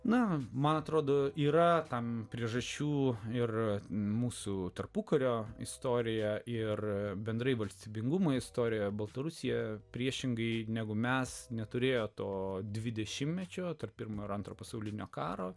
na man atrodo yra tam priežasčių ir mūsų tarpukario istoriją ir bendrai valstybingumo istoriją baltarusija priešingai negu mes neturėjo to dvidešimtmečio tarp pirmo ir antro pasaulinio karo